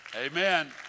Amen